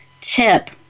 tip